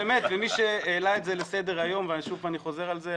מי שהעלה את זה לסדר היום ושוב אני חוזר על זה,